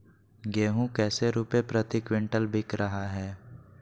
गेंहू कैसे रुपए प्रति क्विंटल बिक रहा है?